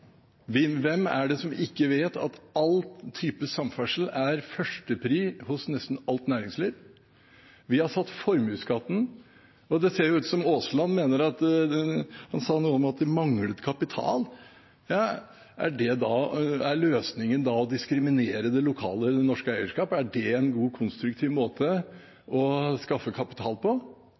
Hvem er det som ikke vet at all type samferdsel er første prioritet for nesten alt næringsliv? Vi har satt ned formuesskatten. Aasland sa noe om at det manglet kapital. Er løsningen da å diskriminere det lokale, norske eierskapet? Er det en god, konstruktiv måte å skaffe kapital på?